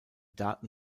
daten